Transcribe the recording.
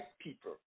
people